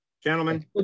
Gentlemen